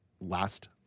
last